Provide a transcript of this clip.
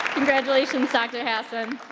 congratulations, dr. hasson.